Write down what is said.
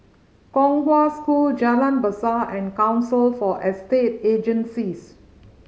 Kong Hwa School Jalan Besar and Council for Estate Agencies